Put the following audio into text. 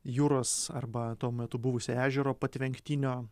jūros arba tuo metu buvusio ežero patvenktinio